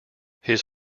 his